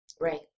right